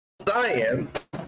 science